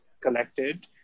collected